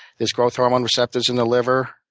there's growth hormone receptors in the liver.